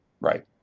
Right